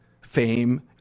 fame